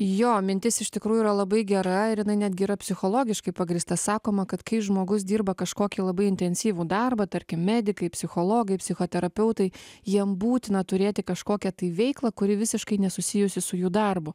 jo mintis iš tikrųjų yra labai gera ir jinai netgi yra psichologiškai pagrįsta sakoma kad kai žmogus dirba kažkokį labai intensyvų darbą tarkim medikai psichologai psichoterapeutai jiem būtina turėti kažkokią tai veiklą kuri visiškai nesusijusi su jų darbu